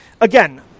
again